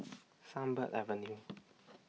Sunbird Avenue